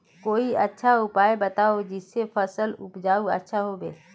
कोई अच्छा उपाय बताऊं जिससे फसल उपज अच्छा होबे